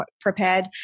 prepared